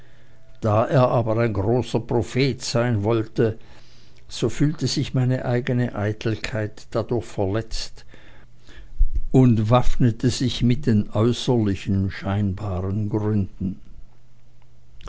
da er aber ein großer prophet sein wollte so fühlte sich meine eigene eitelkeit dadurch verletzt und waffnete sich mit den äußerlichen scheinbaren gründen